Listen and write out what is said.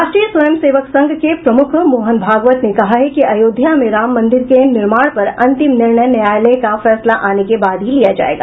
राष्ट्रीय स्वयं सेवक संघ के प्रमुख मोहन भागवत ने कहा है कि आयोध्या में राम मंदिर के निर्माण पर अंतिम निर्णय न्यायालय के फैसला आने के बाद ही लिया जायेगा